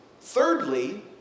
Thirdly